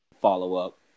follow-up